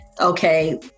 okay